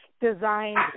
designed